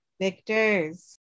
Victors